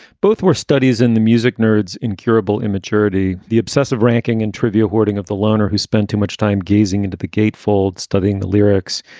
both were studies in the music nerds, incurable immaturity, the obsessive ranking and trivia hoarding of the loner who spent too much time gazing into the gatefold, studying the lyrics.